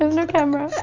no camera!